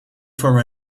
for